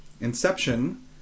Inception